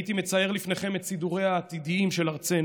הייתי מצייר לפניכם את סידוריה העתידיים של ארצנו.